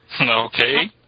Okay